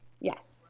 Yes